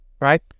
Right